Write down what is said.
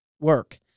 work